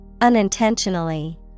Unintentionally